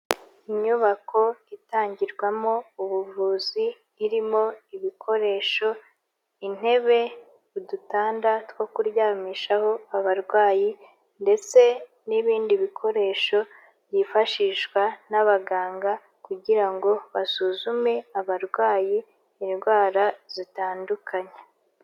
Inyubako itangirwamo ubuvuzi irimo ibikoresho, intebe, udutanda two kuryamishaho abarwayi ndetse n'ibindi bikoresho byifashishwa n'abaganga kugira ngo basuzume abarwaye indwara zitandukanye.